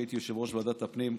כשהייתי יושב-ראש ועדת הפנים,